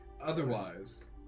Otherwise